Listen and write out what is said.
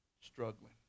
Struggling